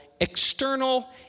external